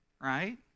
Right